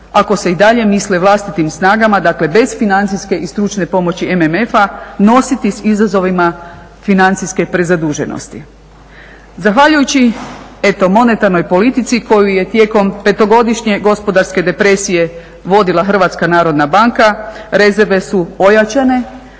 ako se i dalje misle vlastitim snagama, dakle bez financijske i stručne pomoći MMF-a nositi s izazovima financijske prezaduženosti. Zahvaljujući eto, monetarnoj politici koju je tijekom petogodišnje gospodarske depresije vodila HNB, rezerve su ojačane